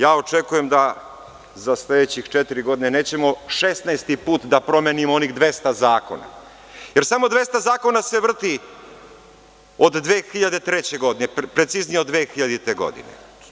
Ja očekujem da za sledeće četiri godine nećemo šesnaesti put da promenimo onih 200 zakona jer samo 200 zakona se vrti od 2003. godine, preciznije od 2000. godine.